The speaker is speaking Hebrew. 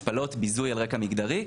השפלות וביזוי על רקע מגדרי,